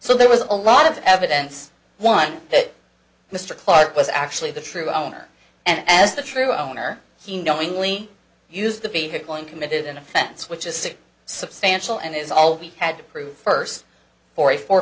so there was a lot of evidence one that mr clark was actually the true owner and as the true owner he knowingly used the vehicle and committed an offense which is substantial and is all we had to prove first for a fo